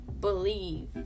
believe